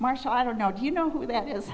marshall i don't know if you know who that is